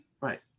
right